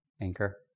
Anchor